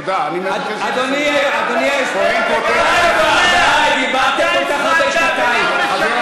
חבר הכנסת, אתה עושה איפה ואיפה, אדוני היושב-ראש.